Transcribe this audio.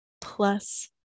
plus